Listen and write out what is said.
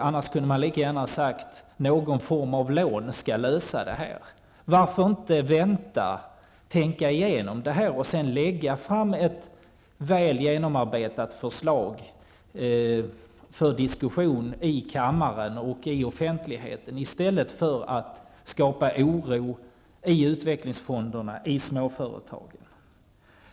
Annars kunde man lika gärna ha sagt: Någon form av lån skall lösa det här. Varför inte vänta och tänka igenom för att sedan lägga fram ett väl genomarbetat förslag för diskussion i kammaren och i offentligheten i stället för att skapa oro i utvecklingsfonderna och hos småföretagen?